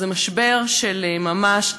זה משבר של ממש,